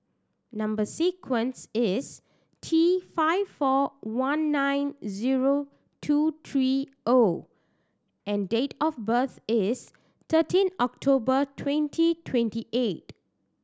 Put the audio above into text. number sequence is T five four one nine zero two three O and date of birth is thirteen October twenty twenty eight